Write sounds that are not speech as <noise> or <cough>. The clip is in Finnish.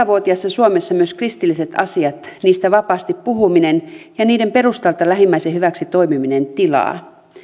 <unintelligible> vuotiaassa suomessa myös kristilliset asiat niistä vapaasti puhuminen ja niiden perustalta lähimmäisen hyväksi toimiminen tilaa